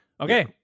Okay